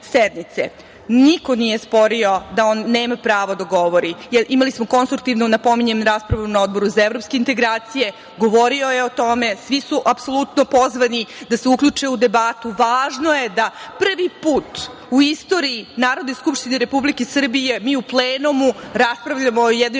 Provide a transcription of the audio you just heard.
nije sporio da on nema prava da govori. Jer, imali smo konstruktivnu raspravu, opet napominjem, na Odboru za evropske integracije, govorio je o tome, svi su apsolutno pozvani da se uključe u debatu. Važno je da prvi put u istoriji Narodne skupštine Republike Srbije mi u plenumu raspravljamo o jednoj